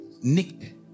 Nick